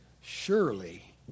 surely